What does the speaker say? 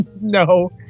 no